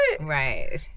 Right